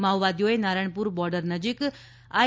માઓવાદીઓએ Narayanpur border નજીક I